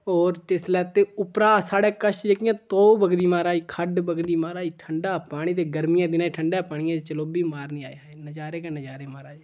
होर जिसलै ते उप्परा साढ़े कश जेह्कियां तौह् बगदी माराज खड्ड बगदी माराज ठंडा पानी ते गर्मियें दे दिनें च ठंडे पानियै च चलोभी मारनी हाय हाय नजारे गै नजारे माराज